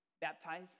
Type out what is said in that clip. baptize